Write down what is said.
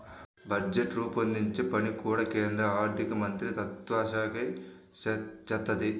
budget రూపొందించే పని కూడా కేంద్ర ఆర్ధికమంత్రిత్వశాఖే చేత్తది